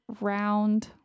round